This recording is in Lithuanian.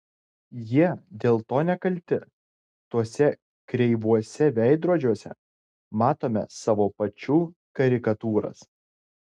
jie dėl to nekalti tuose kreivuose veidrodžiuose matome savo pačių karikatūras